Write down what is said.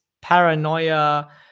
paranoia